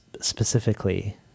specifically